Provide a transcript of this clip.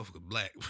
Black